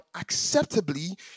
acceptably